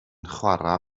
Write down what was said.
chwarae